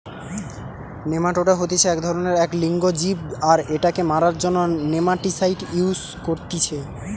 nematoda হতিছে এক ধরণেরএক লিঙ্গ জীব আর এটাকে মারার জন্য নেমাটিসাইড ইউস করতিছে